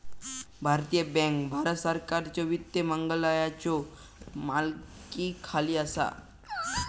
भारतीय बँक भारत सरकारच्यो वित्त मंत्रालयाच्यो मालकीखाली असा